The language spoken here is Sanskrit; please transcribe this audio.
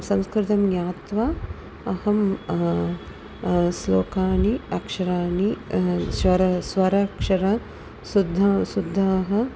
संस्कृतं ज्ञात्वा अहं श्लोकानि अक्षराणि श्वर स्वराक्षराः शुद्ध शुद्धाः